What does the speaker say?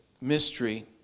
mystery